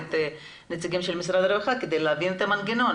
את נציגי משרד הרווחה כדי להבין את המנגנון.